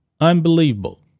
Unbelievable